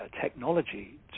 technology